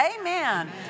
Amen